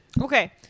Okay